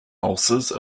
ulcers